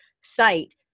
site